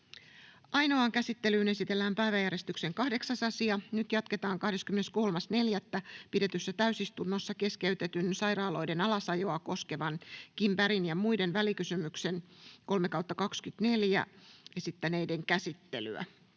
Ainoaan käsittelyyn esitellään päiväjärjestyksen 8. asia. Nyt jatketaan 23.4. pidetyssä täysistunnossa keskeytetyn sairaaloiden alasajoa koskevan Kim Bergin ja muiden esittäneiden välikysymyksen 3/2024 käsittelyä.